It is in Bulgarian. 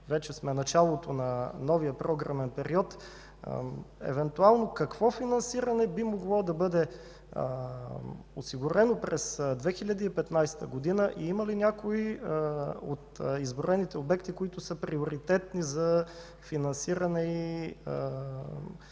вече сме в началото на новия програмен период, евентуално какво финансиране би могло да бъде осигурено през 2015 г. и има ли някой от изброените обекти, които са приоритетни за финансиране и